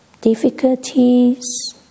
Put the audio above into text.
difficulties